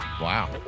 Wow